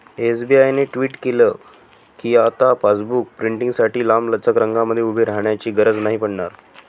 SBI ने tweet केल कीआता पासबुक प्रिंटींगसाठी लांबलचक रंगांमध्ये उभे राहण्याची गरज नाही पडणार